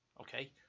Okay